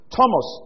Thomas